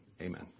Amen